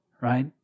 right